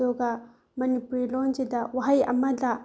ꯑꯗꯨꯒ ꯃꯅꯤꯄꯨꯔꯤ ꯂꯣꯟꯁꯤꯗ ꯋꯥꯍꯩ ꯑꯃꯗ